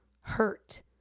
hurt